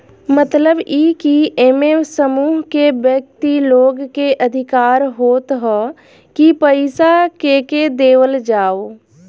मतलब इ की एमे समूह के व्यक्ति लोग के अधिकार होत ह की पईसा केके देवल जाओ